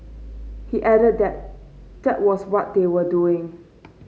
he added that that was what they were doing